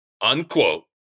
Unquote